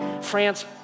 France